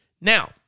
Now